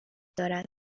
دارد